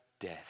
death